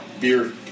beer